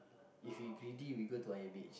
if we greedy we go to I_M_H